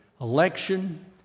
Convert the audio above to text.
election